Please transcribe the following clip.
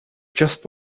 just